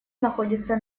находится